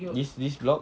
this this block